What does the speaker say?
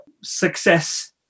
success